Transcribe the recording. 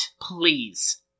please